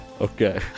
Okay